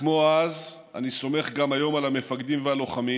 כמו אז, אני סומך גם היום על המפקדים והלוחמים.